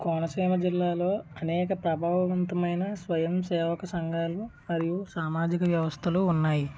కోనసీమ జిల్లాలో అనేక ప్రభావవంతమైన స్వయం సేవక సంఘాలు మరియు సామాజిక వ్యవస్థలు ఉన్నాయి